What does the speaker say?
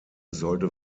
sollte